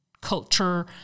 culture